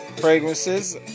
Fragrances